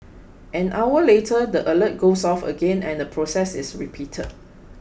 an hour later the alert goes off again and the process is repeated